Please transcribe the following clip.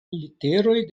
literoj